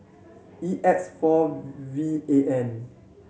E X four V A N